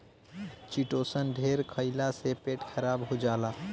chitosan ढेर खईला से पेट खराब हो जाला